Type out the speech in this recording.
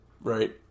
Right